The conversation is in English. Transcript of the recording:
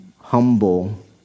humble